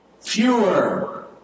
Fewer